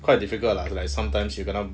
quite difficult lah like sometimes you kena